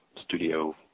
studio